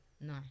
No